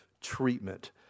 treatment